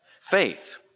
Faith